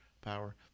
power